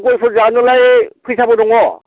गयफोर जानोलाय फैसाबो दङ